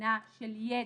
בבחינה של ידע.